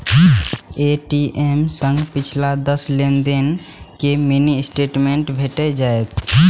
ATM सं पिछला दस लेनदेन के मिनी स्टेटमेंट भेटि जायत